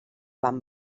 van